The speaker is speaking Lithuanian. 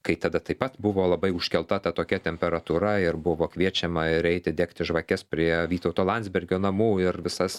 kai tada taip pat buvo labai užkelta ta tokia temperatūra ir buvo kviečiama ir eiti degti žvakes prie vytauto landsbergio namų ir visas